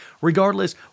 regardless